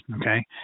okay